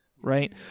right